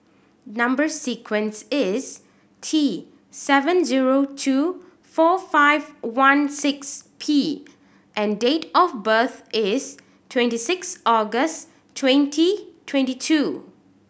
number sequence is T seven zero two four five one six P and date of birth is twenty six August twenty twenty two